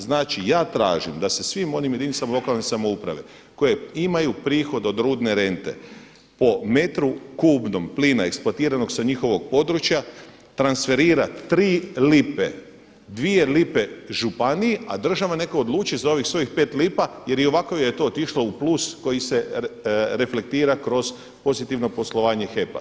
Znači ja tražim da se svim onim jedinicama lokalne samouprave koje imaju prihod od rudne rente po metru kubnom plina eksploatiranog sa njihovog područja transferira tri lipe, dvije lipe županiji, a država neka odluči za ovih svojih 5 lipa jer i ovako je to otišlo u plus koji se reflektira kroz pozitivno poslovanje HEP-a.